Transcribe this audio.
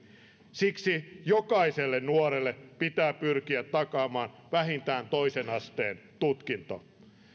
siksi jokaiselle nuorelle pitää pyrkiä takaamaan vähintään toisen asteen tutkinto